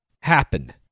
happen